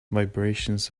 vibrations